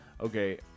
Okay